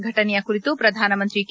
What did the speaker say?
ಫೆಣನೆಯ ಕುರಿತು ಪ್ರಧಾನಮಂತ್ರಿ ಕೆ